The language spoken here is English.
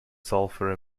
sulfur